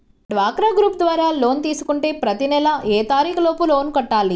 డ్వాక్రా గ్రూప్ ద్వారా లోన్ తీసుకుంటే ప్రతి నెల ఏ తారీకు లోపు లోన్ కట్టాలి?